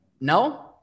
No